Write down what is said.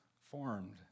formed